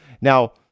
Now